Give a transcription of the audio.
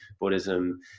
Buddhism